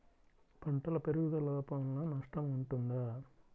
పంటల పెరుగుదల లోపం వలన నష్టము ఉంటుందా?